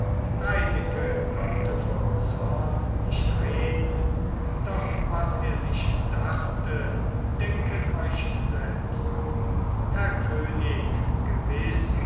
reineke konnte vor zorn nicht reden doch was er sich dachte denket euch selbst herr könig gewiß